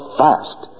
fast